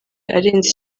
arenze